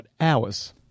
hours